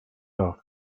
off